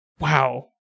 Wow